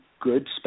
good